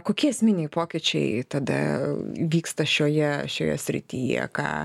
kokie esminiai pokyčiai tada vyksta šioje šioje srityje ką